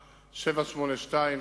782,